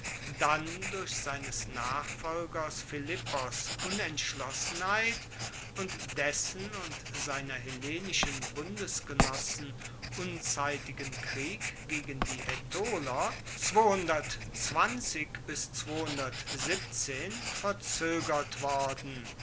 dann durch seines nachfolgers philippos unentschlossenheit und dessen und seiner hellenischen bundesgenossen unzeitigen krieg gegen die aetoler verzoegert worden